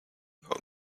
not